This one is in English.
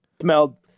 smelled